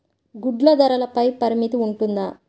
గుడ్లు ధరల పై పరిమితి ఉంటుందా?